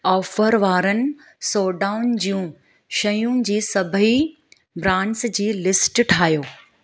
offer वारनि सोडाऊंन जूं शयूं जी सभई ब्रांडस जी लिस्ट ठाहियो